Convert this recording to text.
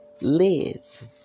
live